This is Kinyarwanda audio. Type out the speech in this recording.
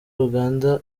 uganda